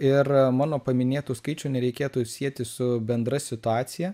ir mano paminėtų skaičių nereikėtų sieti su bendra situacija